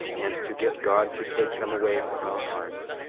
and to get god to take them away from our hearts,